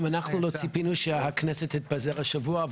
גם אנחנו לא ציפינו שהכנסת תתפזר השבוע.